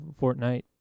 fortnite